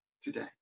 today